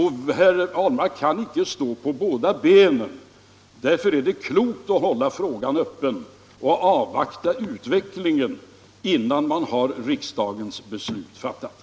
Herr Ahlmark kan icke sitta på båda stolarna samtidigt. Därför är det klokt att hålla frågan öppen och avvakta utvecklingen till dess att riksdagens beslut fattats.